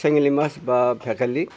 চেঙেলী মাছ বা ভেকুলী